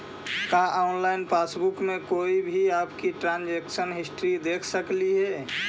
का online passbook में कोई भी आपकी ट्रांजेक्शन हिस्ट्री देख सकली हे